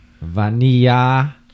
Vanilla